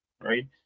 right